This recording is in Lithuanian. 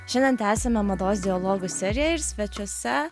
šiandien tęsiame mados dialogų seriją ir svečiuose